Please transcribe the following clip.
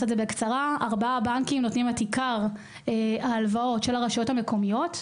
ארבעה בנקים נותנים את עיקר ההלוואות לרשויות המקומיות.